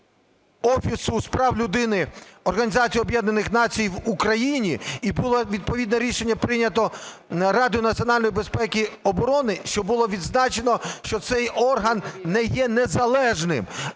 Об'єднаних Націй в Україні і було відповідне рішення прийнято Радою національної безпеки і оборони, що було відзначено, що цей орган не є незалежним.